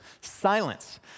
silence